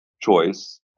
choice